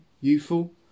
youthful